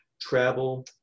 travel